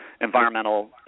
environmental